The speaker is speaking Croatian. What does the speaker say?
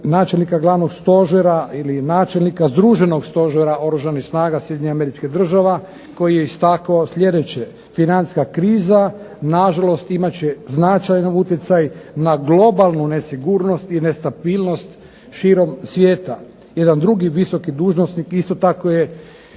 načelnika glavnog stožera ili načelnika združenog stožera Oružanih snaga Sjedinjenih Američkih Država koji je istaknuo sljedeće: financijska kriza na žalost imat će značajni utjecaj na globalnu nesigurnost i nestabilnost širom svijeta. Jedan visoki dužnosnik isto tako je